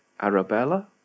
Arabella